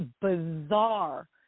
bizarre